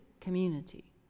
community